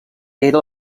era